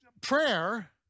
prayer